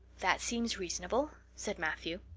that seems reasonable, said matthew.